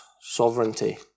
sovereignty